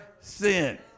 sin